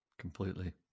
completely